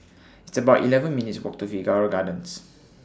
It's about eleven minutes' Walk to Figaro Gardens